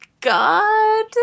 god